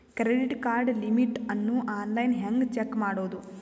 Credit card limit ಅನ್ನು online ಹೆಂಗ್ check ಮಾಡೋದು?